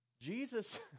Jesus